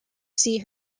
see